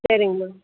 சரிங்க மேம்